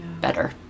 better